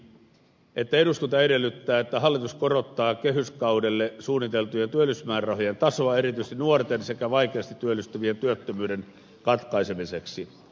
eduskunta edellyttää että hallitus korottaa kehyskaudelle suunniteltujen työllisyysmäärärahojen tasoa erityisesti nuorten sekä vaikeasti työllistyvien työttömyyden katkaisemiseksi